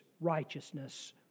righteousness